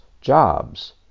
jobs